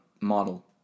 model